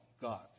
God